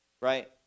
right